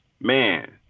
man